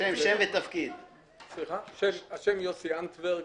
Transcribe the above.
שמי יוסי אנטורג,